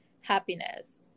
happiness